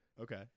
Okay